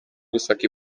gusaka